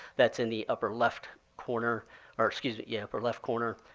that's in the upper left corner or excuse me yeah, upper left corner.